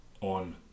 on